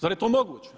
Zar je to moguće?